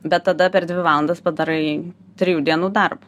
bet tada per dvi valandas padarai trijų dienų darbą